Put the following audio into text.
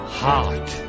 heart